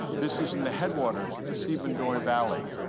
this is in the headwaters of the sibundoy valley,